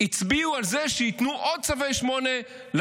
המשתמטים הצביעו על זה שייתנו עוד צווי 8 למשרתים.